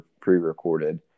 pre-recorded